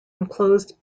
enclosed